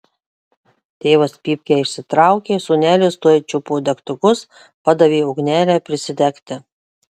tėvas pypkę išsitraukė sūnelis tuoj čiupo degtukus padavė ugnelę prisidegti